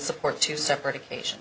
support two separate occasions